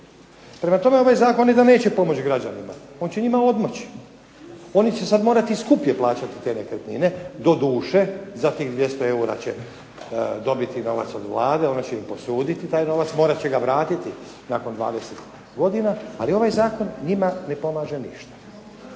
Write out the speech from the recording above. Prema tome, ovaj zakon ne da neće pomoći građanima, on će njima odmoći. Oni će sad morati skuplje plaćati te nekretnine, doduše za tih 200 eura će dobiti novac od Vlade, ona će im posuditi taj novac, morat će ga vratiti nakon 20 godina, ali ovaj zakon njima ne pomaže ništa.